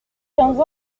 quinze